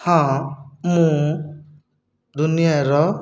ହଁ ମୁଁ ଦୁନିଆଁର